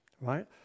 right